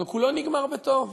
אבל כולו נגמר בטוב,